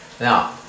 now